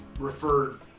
Referred